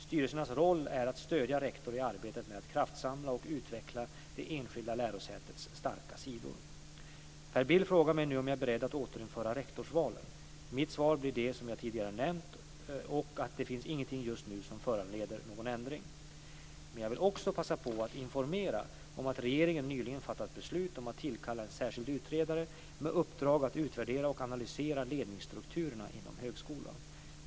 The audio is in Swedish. Styrelsernas roll är att stödja rektor i arbetet med att kraftsamla och utveckla det enskilda lärosätets starka sidor. Per Bill frågar mig nu om jag är beredd att återinföra rektorsvalen. Mitt svar blir det som jag tidigare nämnt och att det just nu inte finns någonting som föranleder en ändring. Men jag vill också passa på att informera om att regeringen nyligen fattat beslut om att tillkalla en särskild utredare med uppdrag att utvärdera och analysera ledningsstrukturen inom högskolan.